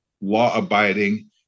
law-abiding